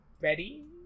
ready